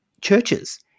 churches